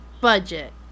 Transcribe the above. budget